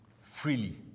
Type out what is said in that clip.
Freely